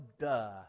duh